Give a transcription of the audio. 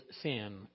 sin